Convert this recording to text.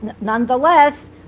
nonetheless